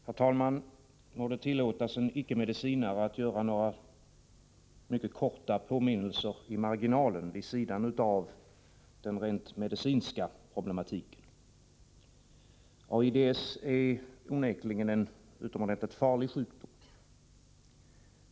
Herr talman! Må det tillåtas en icke-medicinare att göra några mycket korta kommentarer i marginalen, vid sidan om den rent medicinska problematiken. AIDS är onekligen en utomordentligt farlig sjukdom.